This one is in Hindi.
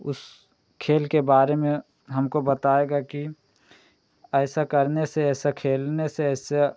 उस खेल के बारे में हमको बताएगा कि ऐसा करने से ऐसा खेलने से ऐसा